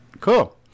Cool